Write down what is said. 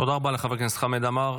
תודה רבה לחבר הכנסת חמד עמאר.